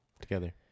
together